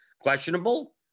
questionable